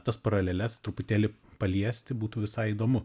tas paraleles truputėlį paliesti būtų visai įdomu